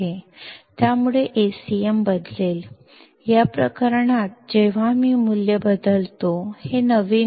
ಆದ್ದರಿಂದ Acm ಬದಲಾಗುತ್ತದೆ ಈ ಸಂದರ್ಭದಲ್ಲಿ ನಾನು ಮೌಲ್ಯವನ್ನು ಬದಲಿಸಿದಾಗ ಇದು ಹೊಸ ಮೌಲ್ಯ 0